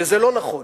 וזה לא נכון,